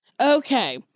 Okay